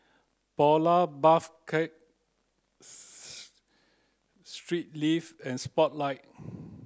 Polar Puff Cakes Straight Ives and Spotlight